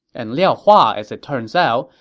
and liao hua, as it turns out,